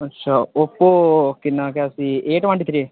अच्छा ओप्पो केह् ना केह् उस्सी ए ट्वंटी थ्री